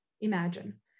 imagine